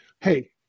hey